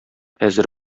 әзер